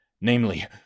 namely